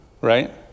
Right